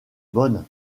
bonne